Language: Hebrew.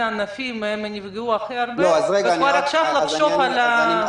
ענפים נפגעו הכי הרבה וכבר עכשיו לחשוב על זה.